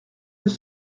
deux